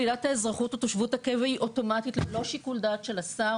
שלילת האזרחות או תושבות הקבע היא אוטומטית ללא שיקול דעת של השר